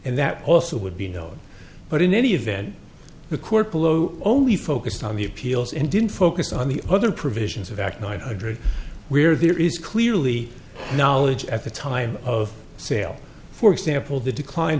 and that also would be no but in any event the court below only focused on the appeals and didn't focus on the other provisions of act nine hundred where there is clearly knowledge at the time of sale for example the decline